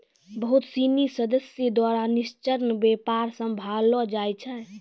बहुत सिनी सदस्य द्वारा निष्पक्ष व्यापार सम्भाललो जाय छै